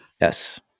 Yes